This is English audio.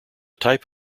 type